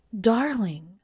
darling